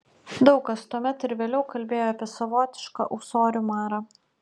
daug kas tuomet ir vėliau kalbėjo apie savotišką ūsorių marą